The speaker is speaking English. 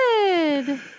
good